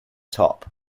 top